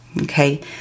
okay